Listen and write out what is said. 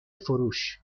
فروش